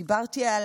דיברתי על